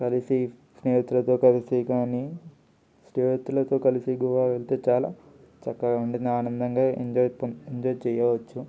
కలిసి స్నేహితులతో కలిసి కాని స్నేహితులతో కలిసి గోవా వెళ్తే చాలా చక్కగా ఉంటుంది ఆనందంగా ఎంజాయ్ ఎంజాయ్ చేయవచ్చు